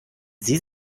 sie